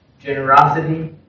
generosity